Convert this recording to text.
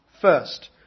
First